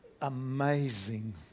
amazing